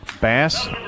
Bass